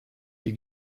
die